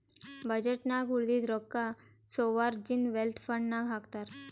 budget ನಾಗ್ ಉಳದಿದ್ದು ರೊಕ್ಕಾ ಸೋವರ್ಜೀನ್ ವೆಲ್ತ್ ಫಂಡ್ ನಾಗ್ ಹಾಕ್ತಾರ್